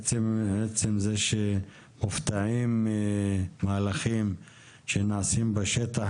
עצם זה שהופתעו ממהלכים שנעשו בשטח,